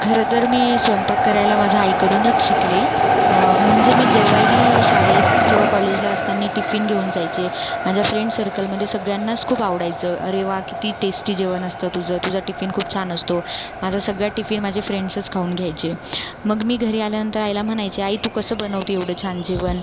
खरंतर मी स्वयंपाक करायला माझ्या आईकडूनच शिकले म्हणजे मी जेव्हाही शाळेत किंवा कॉलेजला असतांना टिफिन घेऊन जायचे माझ्या फ्रेंडसर्कलमध्ये सगळ्यांनाच खूप आवडायचं अरे वा किती टेस्टी जेवण असतं तुझं तुझा टिफिन खूप छान असतो माझा सगळा टिफिन माझ्या फ्रेंड्सच खाऊन घ्यायचे मग मी घरी आल्यानंतर आईला म्हणायचे आई तू कसं बनवते एवढं छान जेवण